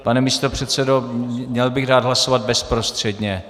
Pane místopředsedo, měl bych dát hlasovat bezprostředně.